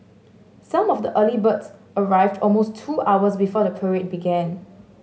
some of the early birds arrived almost two hours before the parade began